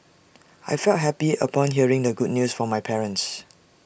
I felt happy upon hearing the good news from my parents